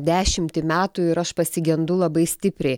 dešimtį metų ir aš pasigendu labai stipriai